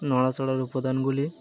নড়াচড়ার উপাদানগুলি